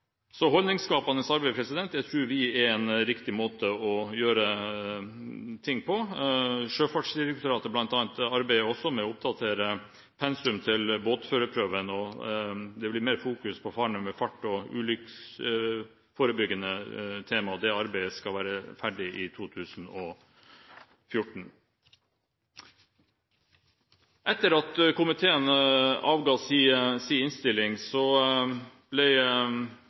Holdningsskapende arbeid tror vi er en riktig måte å gjøre ting på. Blant annet arbeider Sjøfartsdirektoratet med å oppdatere pensum til båtførerprøven, og det blir mer fokus på farene ved fart og på ulykkesforebyggende tema. Det arbeidet skal være ferdig i 2014. Etter at komiteen avga sin innstilling,